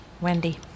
Wendy